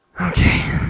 okay